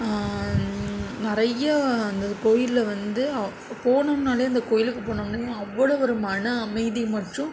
நிறையா அந்த கோயிலில் வந்து போனோம்னாலே அந்த கோயிலுக்கு போனோன்னே அவ்வளோக ஒரு மன அமைதி மற்றும்